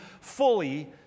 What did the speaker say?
fully